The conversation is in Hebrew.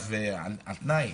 צו על תנאי,